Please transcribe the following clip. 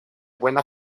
buena